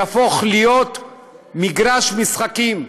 תהפוך להיות מגרש משחקים,